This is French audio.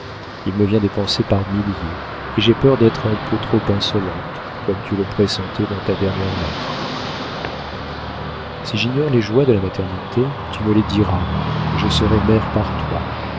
il me vient des pensées par milliers et j'ai peur d'être un peu trop insolente comme tu le pressentais dans ta dernière lettre si j'ignore les joies de la maternité tu me les diras et je serai mère par toi